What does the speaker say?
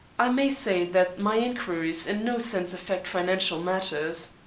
i may say that my inquiries in no sense affect financial matters.